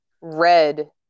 red